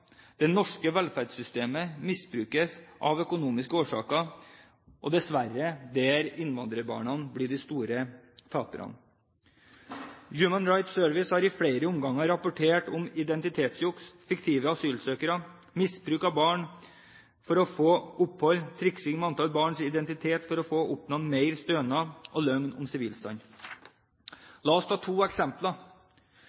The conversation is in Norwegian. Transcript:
Det norske velferdssystemet misbrukes av økonomiske årsaker, der dessverre innvandrerbarna blir de store taperne. Human Rights Service har i flere omganger rapportert om identitetsjuks, fiktive asylsøkere, misbruk av barn for å få opphold, triksing med antallet barns identitet for å få oppnå mer stønad og løgn om sivilstand.